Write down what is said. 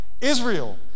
Israel